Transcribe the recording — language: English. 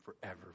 forever